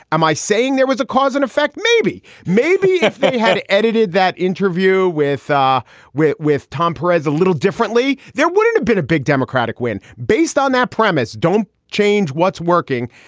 am i saying there was a cause and effect? maybe. maybe if they had edited that interview with ah with with tom perez a little differently, there wouldn't have been a big democratic win based on that premise. don't change what's working.